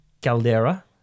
Caldera